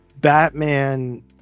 batman